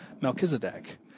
Melchizedek